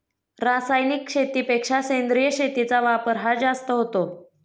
रासायनिक शेतीपेक्षा सेंद्रिय शेतीचा वापर हा जास्त होतो